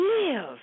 live